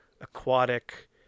aquatic